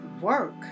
work